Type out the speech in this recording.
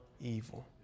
evil